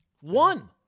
One